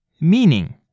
meaning